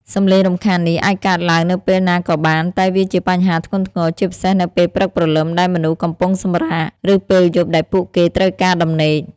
សំឡេងរំខាននេះអាចកើតឡើងនៅពេលណាក៏បាន តែវាជាបញ្ហាធ្ងន់ធ្ងរ ជាពិសេសនៅពេលព្រឹកព្រលឹមដែលមនុស្សកំពុងសម្រាក ឬពេលយប់ដែលពួកគេត្រូវការដំណេក។